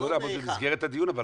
נעמוד במסגרת הדיון.